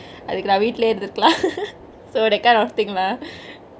அதுக்கு நா வீட்லேயே இருந்துருக்கலா:athuku naa veetleye irunthurukalaa so that kind of thingk lah